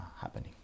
happening